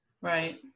Right